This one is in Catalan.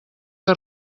que